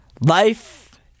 Life